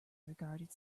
regarded